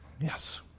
Yes